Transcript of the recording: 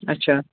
اچھا